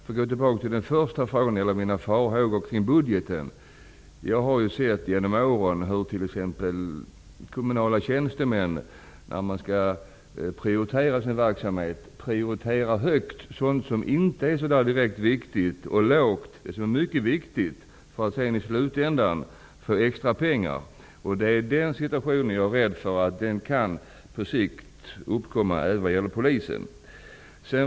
För att återgå till mina farhågor kring budgeten, har jag genom åren sett hur t.ex. kommunala tjänstemän när de skall prioritera sin verksamhet högt har prioriterat sådant som inte är så direkt viktigt och lågt prioriterat sådant som är mycket viktigt för att sedan i slutändan få extra pengar. Det är denna situation som jag befarar på sikt kan uppkomma även när det gäller Polisen.